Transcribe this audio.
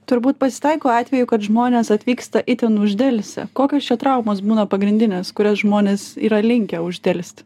turbūt pasitaiko atvejų kad žmonės atvyksta itin uždelsę kokios čia traumos būna pagrindinės kurias žmonės yra linkę uždelsti